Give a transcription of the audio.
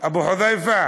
אבו חוד'ייפה